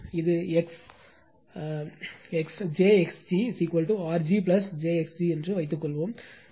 இது j x g R g j x g என்று வைத்துக்கொள்வோம்